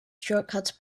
shortcuts